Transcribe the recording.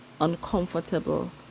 uncomfortable